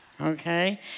okay